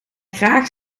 graag